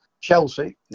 Chelsea